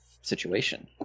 situation